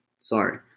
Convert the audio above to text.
Sorry